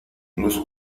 los